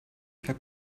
her